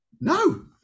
No